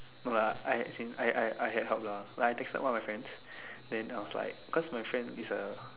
but I I as in I I I I had help lah like I texted one of my friend then was like because my friend is a